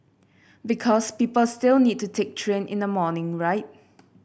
because people still need to take train in the morning right